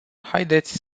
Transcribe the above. haideți